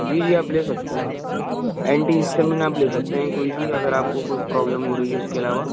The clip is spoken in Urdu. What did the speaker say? جی جی آپ لے سکتے ہیں اینٹی ہسٹامین آپ لے سکتے ہیں کوئی بھی اگر آپ کو کوئی پرابلم ہو رہی ہے اس کے علاوہ